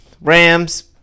Rams